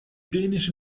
dänische